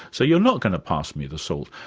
so you're not going to pass me the salt,